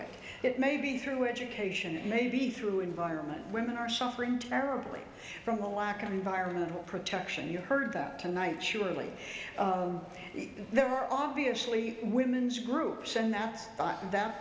that maybe through education and maybe through environment women are suffering terribly from a lack of environmental protection you heard that tonight surely there are obviously women's groups and that